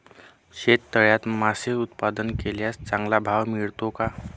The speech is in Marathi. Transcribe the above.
शेततळ्यात मासे उत्पादन केल्यास चांगला भाव मिळतो का?